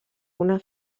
una